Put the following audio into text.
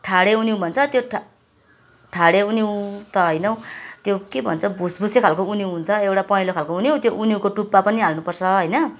ठाडे उनिउँ भन्छ त्यो ठाडे उनिउँ त होइन हौ त्यो के भन्छ भुसभुसे खाल्को उनिउँ हुन्छ एउटा पहेँलो खालको उनिउँ त्यो उनिउँको टुप्पा पनि हाल्नुपर्छ होइन